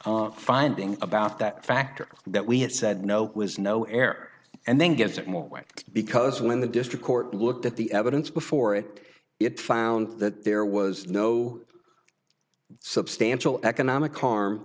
opposite finding about that factor that we had said no was no air and then gives it more weight because when the district court looked at the evidence before it it found that there was no substantial economic harm